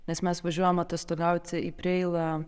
nes mes važiuojam atostogauti į preilą